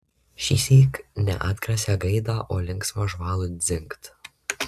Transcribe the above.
šįsyk ne atgrasią gaidą o linksmą žvalų dzingt